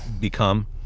become